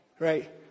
Right